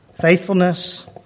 faithfulness